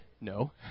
No